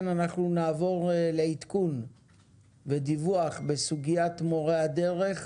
נעבור לעדכון ודיווח בסוגיית מורי הדרך.